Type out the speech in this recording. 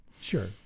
Sure